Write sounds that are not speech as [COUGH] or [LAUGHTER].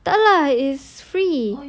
[NOISE] it's free